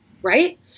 right